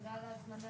תודה על ההזמנה.